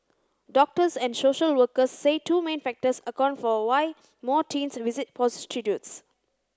doctors and social workers say two main factors account for why more teens visit prostitutes